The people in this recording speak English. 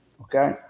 okay